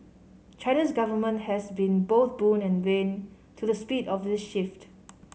China's government has been both boon and bane to the speed of the shift